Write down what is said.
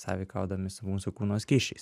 sąveikaudami su mūsų kūno skysčiais